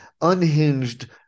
unhinged